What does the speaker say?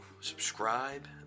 Subscribe